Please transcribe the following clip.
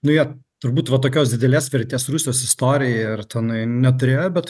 nu jie turbūt va tokios didelės vertės rusijos istorijoj ar tenai neturėjo bet